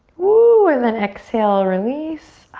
woo, and then exhale, release.